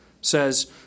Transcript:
says